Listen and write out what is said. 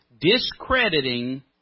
discrediting